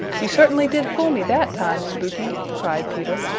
you certainly did fool me that time, spooky, cried peter.